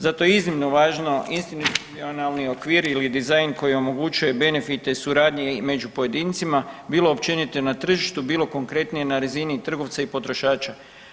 Zato je iznimno važno institucionalni okvir ili dizajn koji omogućuje benefite, suradnje među pojedincima, bilo općenito na tržištu, bilo konkretnije na razini trgovca i potrošača.